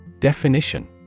Definition